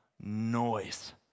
noise